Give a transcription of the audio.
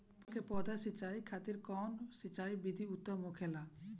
फल के पौधो के सिंचाई खातिर कउन सिंचाई विधि उत्तम होखेला?